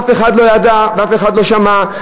אף אחד לא ידע ואף אחד לא שמע,